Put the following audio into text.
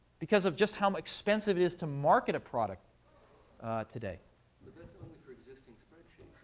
because of just how expensive it is to market a product today. but that's only for existing spreadsheets.